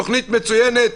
תוכנית מצוינת.